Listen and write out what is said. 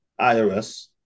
IRS